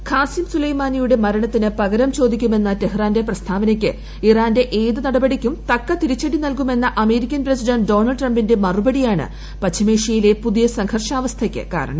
Qasem സുലൈമാനിയുടെ മരണത്തിനു പകരം ചോദിക്കുമെന്ന ടെഹ്റാന്റെ പ്രസ്താവനയ്ക്ക് ഇറാന്റെ ഏതു നടപടിക്കും തക്ക തിരിച്ചടി നൽകുമെന്ന അമേരിക്കൻ പ്രസിഡന്റ് ഡൊണാൾഡ് ട്രെംപിന്റെ മറുപടിയാണ് പശ്ചിമേഷ്യയിലെ പുതിയ സംഘർഷാവസ്ഥയ്ക്ക് കാരണം